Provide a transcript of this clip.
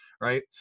right